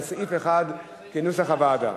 על סעיף 1 כנוסח הוועדה.